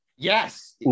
yes